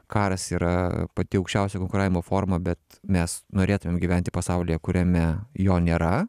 karas yra pati aukščiausia konkuravimo forma bet mes norėtumėm gyventi pasaulyje kuriame jo nėra